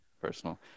Personal